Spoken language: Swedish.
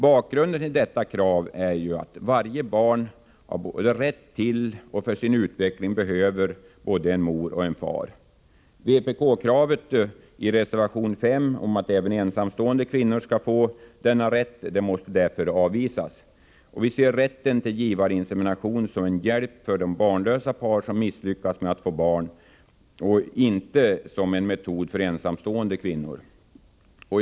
Bakgrunden till detta krav är att varje barn både har rätt till och för sin utveckling behöver både en mor och en far. Vpk-kravet i reservation 5 om att även ensamstående kvinnor skall ha denna rättighet måste därför avvisas. Vi ser rätten till givarinsemination som en hjälp för de barnlösa par som misslyckas med att få barn och inte som en metod för ensamstående kvinnor att få barn.